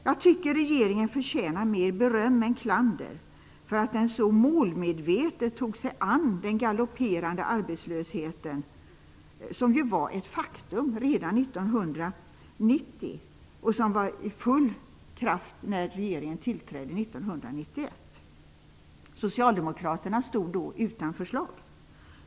Jag tycker att regeringen förtjänar mer beröm än klander för att den så målmedvetet tog sig an den galopperande arbetslösheten, som var ett faktum redan 1990 och som var i full kraft när regeringen tillträdde 1991. Socialdemokraterna stod då utan förslag.